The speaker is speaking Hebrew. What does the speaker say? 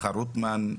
שמחה רוטמן,